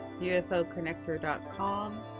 ufoconnector.com